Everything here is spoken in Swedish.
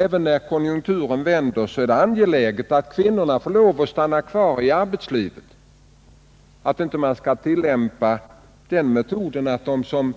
Även när konjunkturen vänder är det angeläget att kvinnorna får stanna kvar i arbetslivet och att man inte tillämpar den metoden, att de som